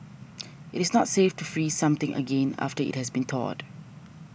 it is not safe to freeze something again after it has been thawed